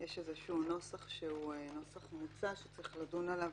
יש איזשהו נוסח שהוא נוסח מוצע שצריך לדון עליו